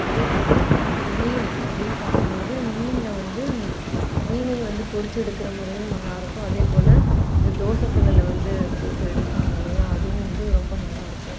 அதே போல மீன் அப்படின்னு பார்க்கும் போது மீனில் வந்து மீனையும் வந்து பொரித்து எடுக்கிற முறையும் நல்லாயிருக்கும் அதே போல இந்த தோசக்கல்லில் வந்து போட்டு எடுப்பாங்க இல்லையா அதுவும் வந்து ரொம்ப நல்லாயிருக்கும்